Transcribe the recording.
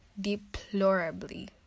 deplorably